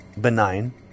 benign